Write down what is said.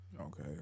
okay